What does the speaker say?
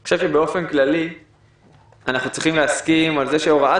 אני חושב שבאופן כללי אנחנו צריכים להסכים שהוראת